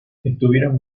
estuvieron